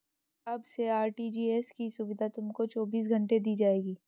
अब से आर.टी.जी.एस की सुविधा तुमको चौबीस घंटे दी जाएगी